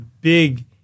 big